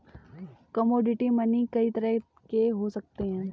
commodity money कई तरह के हो सकते हैं